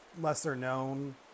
lesser-known